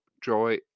joy